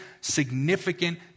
significant